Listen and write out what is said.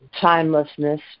timelessness